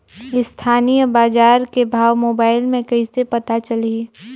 स्थानीय बजार के भाव मोबाइल मे कइसे पता चलही?